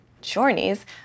journeys